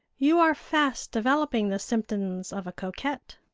you are fast developing the symptoms of a coquette.